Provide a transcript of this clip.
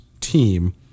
team